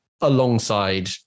alongside